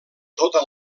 tota